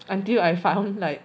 until I found like